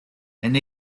and